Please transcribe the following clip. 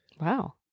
Wow